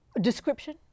description